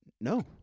No